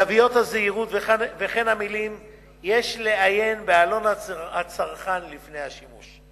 תוויות הזהירות וכן המלים "יש לעיין בעלון לצרכן לפני השימוש".